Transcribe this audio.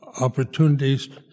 opportunities